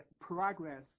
progress